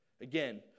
Again